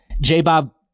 J-Bob